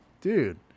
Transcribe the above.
Dude